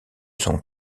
son